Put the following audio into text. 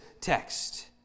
text